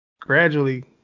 gradually